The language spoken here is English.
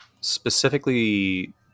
specifically